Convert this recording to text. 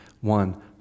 one